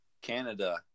Canada